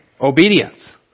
obedience